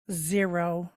zero